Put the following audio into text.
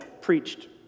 preached